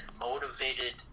motivated